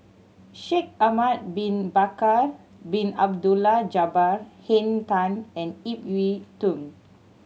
Shaikh Ahmad Bin Bakar Bin Abdullah Jabbar Henn Tan and Ip Yiu Tung